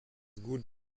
good